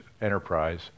enterprise